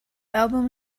album